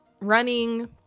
running